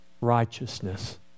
righteousness